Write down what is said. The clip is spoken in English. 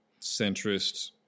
centrist